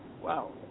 Wow